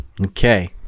Okay